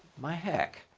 my heck.